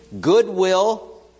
goodwill